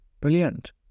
Brilliant